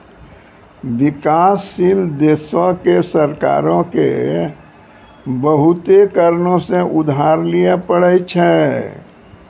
विकासशील देशो के सरकारो के बहुते कारणो से उधार लिये पढ़ै छै